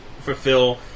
fulfill